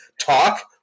talk